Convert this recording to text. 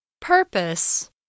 Purpose